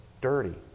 dirty